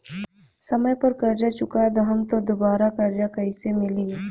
समय पर कर्जा चुका दहम त दुबाराकर्जा कइसे मिली?